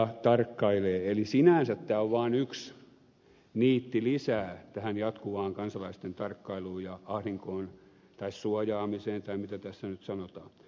eli sinänsä tämä on vaan yksi niitti lisää tähän jatkuvaan kansalaisten tarkkailuun ja ahdinkoon tai suojaamiseen tai mitä tässä nyt sanotaan